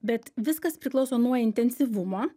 bet viskas priklauso nuo intensyvumo